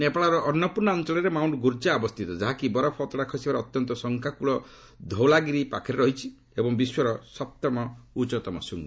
ନେପାଳର ଅନ୍ନପୂର୍ଣ୍ଣା ଅଞ୍ଚଳରେ ମାଉଷ୍ଟ୍ ଗୁର୍ଜା ଅବସ୍ଥିତ ଯାହାକି ବରଫ ଅତଡ଼ା ଖସିବାର ଅତ୍ୟନ୍ତ ଶଙ୍କାକୁଳ ଧୌଳାଗିରି ପାଖରେ ରହିଛି ଏବଂ ବିଶ୍ୱର ସପ୍ତମ ଉଚ୍ଚତମ ଶ୍ରୂଙ୍ଗ